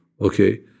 okay